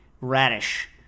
Radish